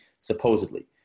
supposedly